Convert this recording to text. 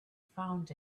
found